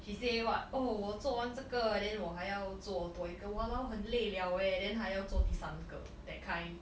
she say what oh 我做完这个 then 我还要做多一个 !walao! 很累 liao eh then 还要做第三个 that kind